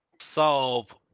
solve